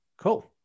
Cool